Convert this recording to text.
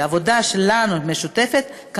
העבודה המשותפת שלנו,